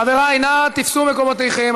חבריי, נא תפסו מקומותיכם.